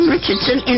Richardson